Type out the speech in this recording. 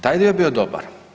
Taj dio je bio dobar.